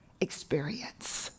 experience